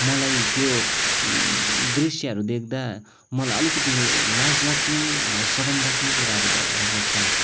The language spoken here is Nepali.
मलाई त्यो दृश्यहरू देख्दा मलाई अलिकति लाज लाग्ने सरम लाग्ने कुराहरू भइरहेको छ